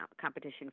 competition